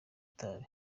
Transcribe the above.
itabi